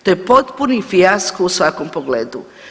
To je potpuni fijasko u svakom pogledu.